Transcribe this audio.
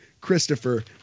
Christopher